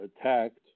attacked